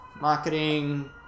Marketing